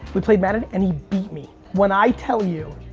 we played madden and he beat me. when i tell you,